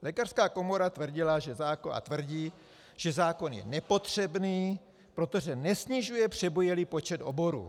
Lékařská komora tvrdila a tvrdí, že zákon je nepotřebný, protože nesnižuje přebujelý počet oborů.